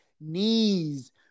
knees